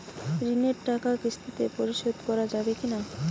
ঋণের টাকা কিস্তিতে পরিশোধ করা যাবে কি না?